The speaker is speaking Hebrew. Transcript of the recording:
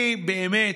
אני, באמת,